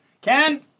Ken